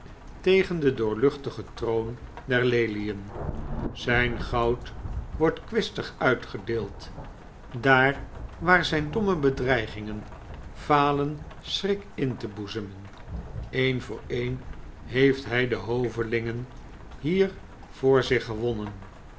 tegen den doorluchtigen troon der lelien zijn goud wordt kwistig uitgedeeld daar waar zijn domme bedreigingen falen schrik in te boezemen een voor een heeft hij de hovelingen hier voor zich gewonnen